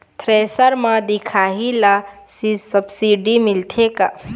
Thresher म दिखाही ला सब्सिडी मिलथे का?